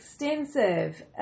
extensive